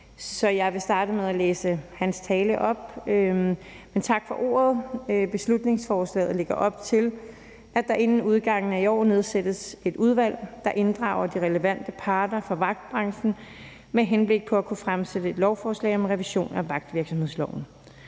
så jeg vil starte med at læse hans tale op. Tak for ordet. Beslutningsforslaget lægger op til, at der inden udgangen af i år nedsættes et udvalg, der inddrager de relevante parter fra vagtbranchen, med henblik på at kunne fremsætte et lovforslag om en revision af vagtvirksomhedsloven.